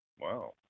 Wow